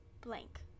blank